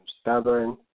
stubborn